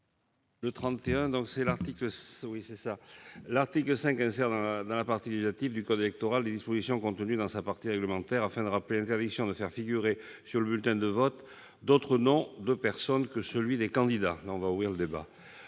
La parole est à M. Jean-Pierre Grand. L'article 5 insère dans la partie législative du code électoral des dispositions contenues dans sa partie réglementaire. Il s'agit de rappeler l'interdiction de faire figurer sur le bulletin de vote d'autres noms de personne que celui des candidats. On va rouvrir le débat